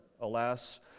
alas